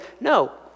no